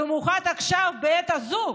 במיוחד עכשיו, בעת הזו,